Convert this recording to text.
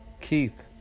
Keith